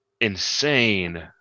insane